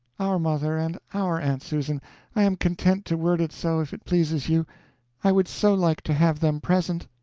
our mother and our aunt susan i am content to word it so if it pleases you i would so like to have them present.